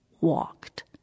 walked